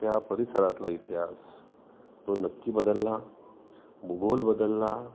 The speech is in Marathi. त्या परिसरातला इतिहास तो नक्की बदलला भूगोल बदलला